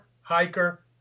hiker